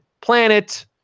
planet